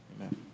amen